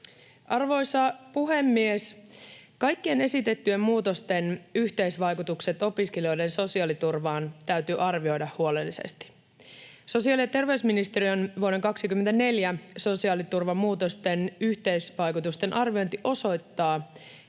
Arvoisa puhemies! Kaikkien esitettyjen muutosten yhteisvaikutukset opiskelijoiden sosiaaliturvaan täytyy arvioida huolellisesti. Sosiaali‑ ja terveysministeriön vuoden 24 sosiaaliturvan muutosten yhteisvaikutusten arviointi osoittaa,